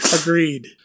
agreed